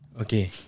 Okay